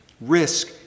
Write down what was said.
risk